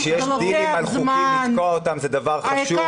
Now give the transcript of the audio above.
כשיש דילים לתקוע הצעות חוק זה דבר חשוב.